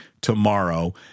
tomorrow